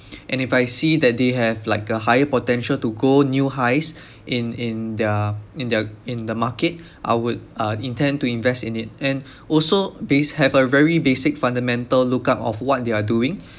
and if I see that they have like a higher potential to go new highs in in their in their in the market I would uh intend to invest in it and also base have a very basic fundamental lookout of what they are doing